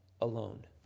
alone